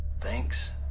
Thanks